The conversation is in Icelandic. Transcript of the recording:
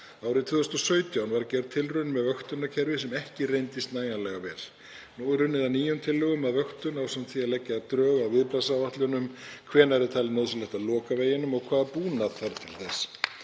Árið 2017 var gerð tilraun með vöktunarkerfi sem ekki reyndist nægjanlega vel. Nú er unnið að nýjum tillögum að vöktun ásamt því að leggja drög að viðbragðsáætlunum, hvenær er talið nauðsynlegt að loka veginum og hvaða búnað þarf til þess.